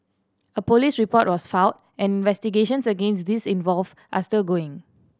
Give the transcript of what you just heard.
a police report was filed and investigations against these involved are still ongoing